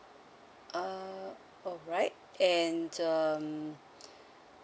uh alright and um